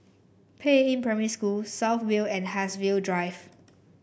Peiying Primary School South View and Haigsville Drive